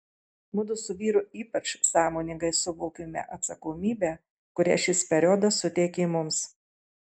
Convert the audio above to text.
mudu su vyru ypač sąmoningai suvokėme atsakomybę kurią šis periodas suteikė mums